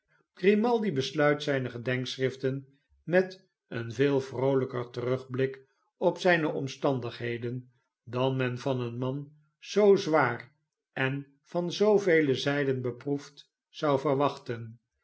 grimaldi besluit zijne gedenkschriften met een veel vroolijker terugblik op zijne omstandigheden dan men van een man zoo zwaar en van zoovele zijden beproefd zou verwachten